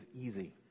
easy